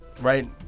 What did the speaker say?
Right